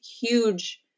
huge